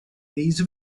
these